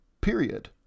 period